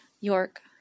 York